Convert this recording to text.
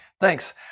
thanks